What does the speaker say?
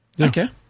okay